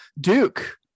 Duke